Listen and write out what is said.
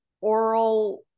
oral